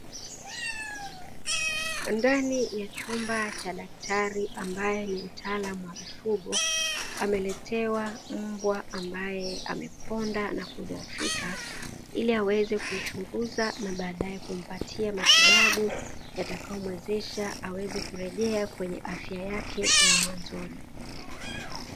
Ndani ya chumba cha daktari ambaye ni mtaalamu wa mifugo ameletewa mbwa ambaye amekonda na kudhoofika, ili aweze kumchunguza na baadaye kumpatia matibabu yatakayomwezesha aweze kurejea kwenye afya yake ya mwanzoni.